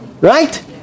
Right